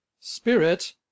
spirit